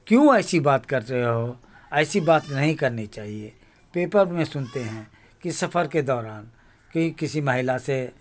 کیوں ایسی بات کر رہے ہو ایسی بات نہیں کرنی چاہیے پیپر میں سنتے ہیں کہ سفر کے دوران کہ کسی مہیلا سے